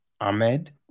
Ahmed